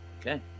okay